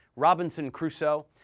robinson crusoe,